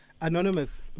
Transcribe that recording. Anonymous